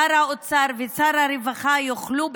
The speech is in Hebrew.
שר האוצר ושר הרווחה יוכלו,